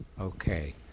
Okay